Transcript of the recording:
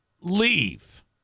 leave